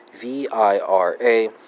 v-i-r-a